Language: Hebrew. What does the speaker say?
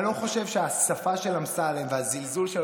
אני לא חושב שהשפה של אמסלם והזלזול שלו